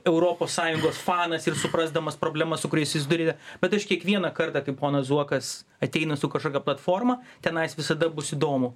europos sąjungos fanas ir suprasdamas problemas su kuriais susiduri bet aš kiekvieną kartą kai ponas zuokas ateina su kažkokia platforma tenais visada bus įdomu